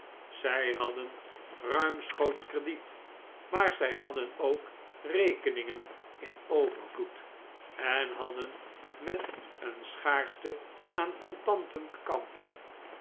zij hadden ruimschoots crediet maar zij hadden ook rekeningen in overvloed en hadden met een schaarschte aan contanten te kampen